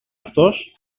αυτός